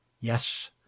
yes